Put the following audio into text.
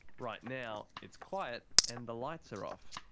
right now, it's quiet and the lights are off